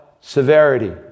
severity